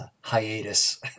hiatus